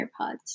AirPods